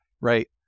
right